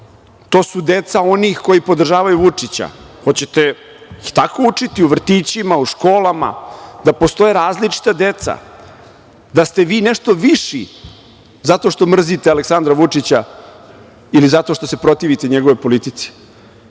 to su deca onih koji podržavaju Vučića. Hoćete ih tako učiti u vrtićima, u školama, da postoje različita deca, da ste vi nešto viši zato što mrzite Aleksandra Vučića ili zato što se protivite njegovoj politici.